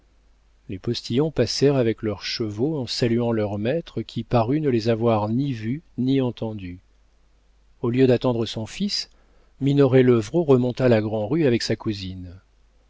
les postillons passèrent avec leurs chevaux en saluant leur maître qui parut ne les avoir ni vus ni entendus au lieu d'attendre son fils minoret levrault remonta la grand'rue avec sa cousine